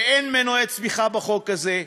אין מנועי צמיחה בחוק הזה,